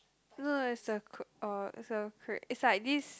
no no it's a c~ uh it's a cra~ it's like this